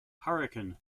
hurricane